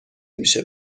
میشه